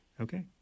Okay